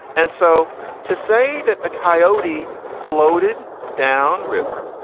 and so to say that the coyote floated down river,